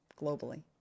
globally